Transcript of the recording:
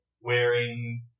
wearing